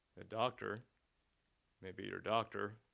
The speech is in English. a doctor may be your doctor,